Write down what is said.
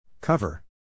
Cover